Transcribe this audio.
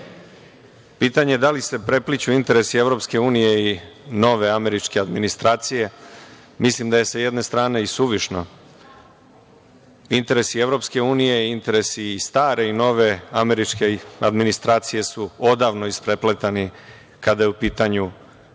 pitanje da li se prepliću interesi EU i nove američke administracije mislim da je sa jedne strane i suvišno. Interesi EU i interesi stare i nove američke administracije su odavno isprepletani, kada je u pitanju